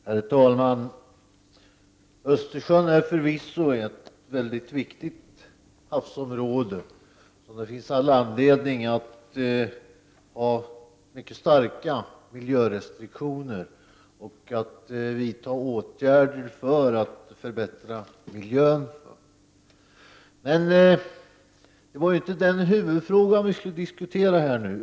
Herr talman! Östersjön är förvisso ett mycket viktigt havsområde, där det finns all anledning att ha starka miljörestriktioner och vidta åtgärder för att förbättra miljön. Men det är inte huvudfrågan i diskussionen nu.